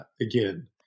again